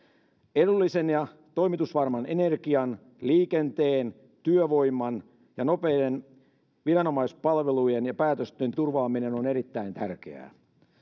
edullisen ja toimitusvarman energian liikenteen työvoiman ja nopeiden viranomaispalvelujen ja päätösten turvaaminen on erittäin tärkeää